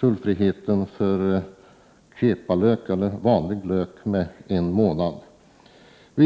tullfria perioden för kepalök, dvs. vanlig lök, med en månad.